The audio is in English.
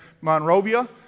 Monrovia